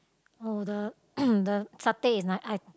oh the the satay is nice I